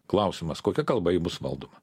klausimas kokia kalba ji bus valdoma